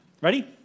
Ready